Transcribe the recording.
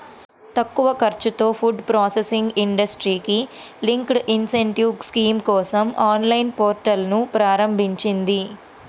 తక్కువ ఖర్చుతో food processing ఇండస్ట్రీకి లింక్డ్ ఇన్సెంటివ్ స్కీమ్ కోసం ఆన్లైన్ పోర్టల్ను ప్రారంభించింది